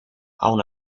aun